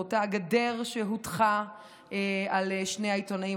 אותה גדר שהוטחה על שני העיתונאים,